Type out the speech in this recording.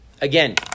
Again